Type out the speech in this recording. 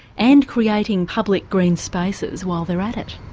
and creating public green spaces while they're at it.